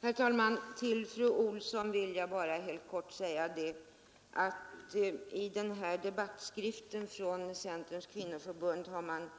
Herr talman! Först några ord i all korthet till fru Olsson i Hölö. I debattskriften från Centerpartiets kvinnoförbund har man